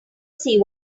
see